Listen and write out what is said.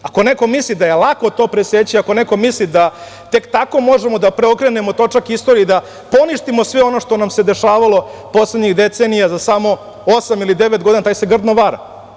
Ako neko misli da je lako to preseći, ako neko misli da tek tako možemo da preokrenemo točak istorije i da poništimo sve ono što nam se dešavalo poslednjih decenija za samo osam ili devet godina, taj se grdno vara.